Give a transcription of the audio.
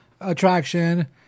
attraction